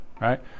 right